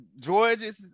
George's